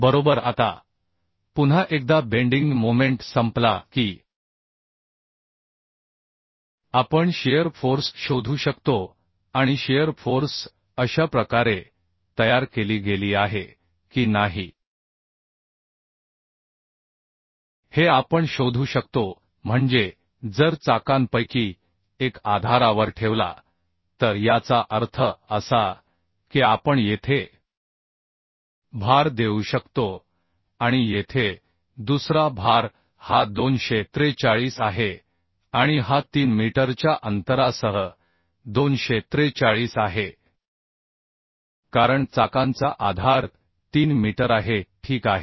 बरोबर आता पुन्हा एकदा बेंडिंग मोमेंट संपला की आपण शिअर फोर्स शोधू शकतो आणि शिअर फोर्स अशा प्रकारे तयार केली गेली आहे की नाही हे आपण शोधू शकतो म्हणजे जर चाकांपैकी एक आधारावर ठेवला तर याचा अर्थ असा की आपण येथे भार देऊ शकतो आणि येथे दुसरा भार हा 243 आहे आणि हा 3 मीटरच्या अंतरासह 243 आहे कारण चाकांचा आधार 3 मीटर आहे ठीक आहे